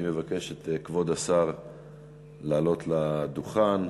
אני מבקש מאת כבוד השר לעלות לדוכן.